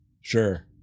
Sure